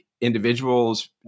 individuals